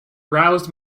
roused